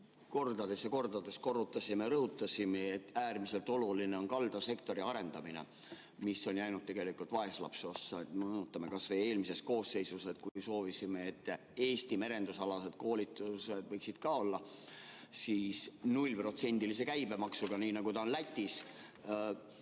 kordades ja kordades korrutasime ja rõhutasime, et äärmiselt oluline on kaldasektori arendamine, mis on jäänud vaeslapse ossa. Meenutame kas või [seda, et] eelmises koosseisus me soovisime, et Eesti merendusalased koolitused võiksid olla 0%-lise käibemaksuga, nii nagu on Lätis.